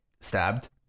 stabbed